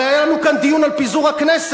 הרי היה לנו כאן דיון על פיזור הכנסת.